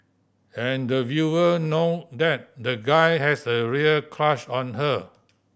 and the viewer know that the guy has a real crush on her